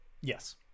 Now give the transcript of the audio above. Yes